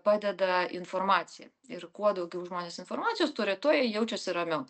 padeda informacija ir kuo daugiau žmonės informacijos turi tuo jie jaučiasi ramiau